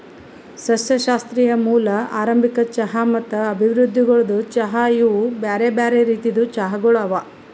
ಸಸ್ಯಶಾಸ್ತ್ರೀಯ ಮೂಲ, ಆರಂಭಿಕ ಚಹಾ ಮತ್ತ ಅಭಿವೃದ್ಧಿಗೊಳ್ದ ಚಹಾ ಇವು ಬ್ಯಾರೆ ಬ್ಯಾರೆ ರೀತಿದ್ ಚಹಾಗೊಳ್ ಅವಾ